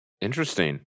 Interesting